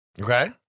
Okay